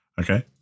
okay